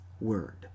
Word